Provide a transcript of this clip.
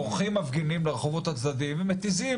בורחים מפגינים לרחובות הצדדיים ומתיזים